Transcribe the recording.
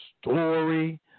Story